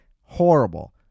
Horrible